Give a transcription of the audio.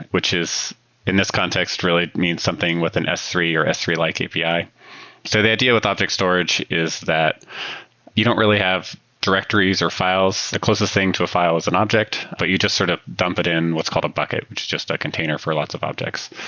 which is in this context really means something with an s three or s three like api. so the idea with object storage is that you don't really have directories or files. the closest thing to a file is an object, but you just sort of dump it in what's called a bucket, which is just a container for lots of objects.